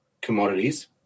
commodities